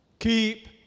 Keep